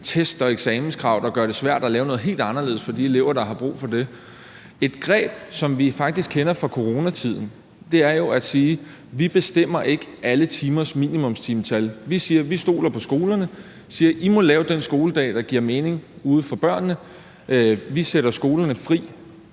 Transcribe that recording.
test- og eksamenskrav, der gør det svært at lave noget helt anderledes for de elever, der har brug for det. Et greb, som vi faktisk kender fra coronatiden, er jo at sige: Vi bestemmer ikke, hvad alle fagenes minimumstimetal skal være. Vi stoler på skolerne og siger, at de må lave den skoledag, der giver mening for børnene derude – vi sætter skolerne fri.